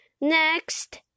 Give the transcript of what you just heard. Next